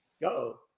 Go